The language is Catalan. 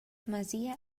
masia